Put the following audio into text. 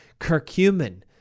Curcumin